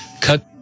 cut